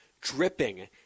dripping